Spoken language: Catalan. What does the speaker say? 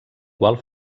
qual